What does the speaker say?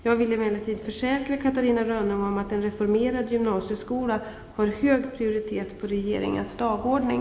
Jag vill emellertid försäkra Catarina Rönnung om att en reformerad gymnasieskola har hög prioritet på regeringens dagordning.